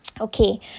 okay